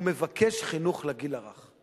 והוא מבקש חינוך לגיל הרך.